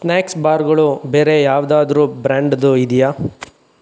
snacks ಬಾರ್ಗಳು ಬೇರೆ ಯಾವುದಾದ್ರು ಬ್ರ್ಯಾಂಡ್ದು ಇದೆಯಾ